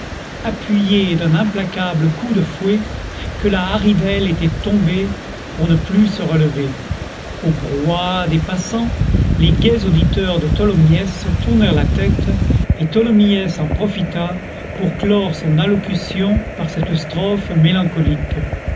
appuyé d'un implacable coup de fouet que la haridelle était tombée pour ne plus se relever au brouhaha des passants les gais auditeurs de tholomyès tournèrent la tête et tholomyès en profita pour clore son allocution par cette strophe mélancolique